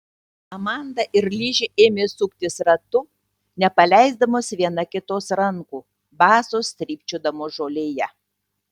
amanda ir ližė ėmė suktis ratu nepaleisdamos viena kitos rankų basos strykčiodamos žolėje